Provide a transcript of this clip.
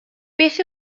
beth